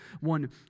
one